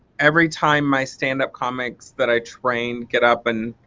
every time my stand-up comics that i train get up and